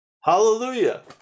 Hallelujah